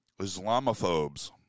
Islamophobes